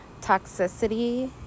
toxicity